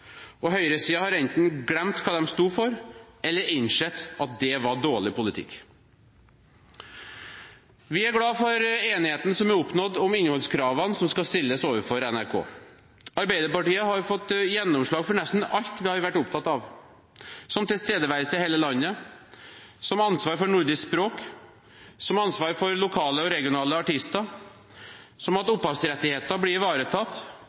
og høyresiden har enten glemt hva de sto for, eller innsett at det var dårlig politikk. Vi er glad for enigheten som er oppnådd om innholdskravene som skal stilles overfor NRK. Arbeiderpartiet har fått gjennomslag for nesten alt vi har vært opptatt av, som tilstedeværelse i hele landet, ansvar for nordisk språk, ansvar for lokale og regionale artister, at opphavsrettigheter blir ivaretatt,